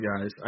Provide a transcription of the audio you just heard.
guys